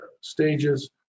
stages